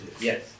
Yes